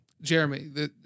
Jeremy